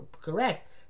correct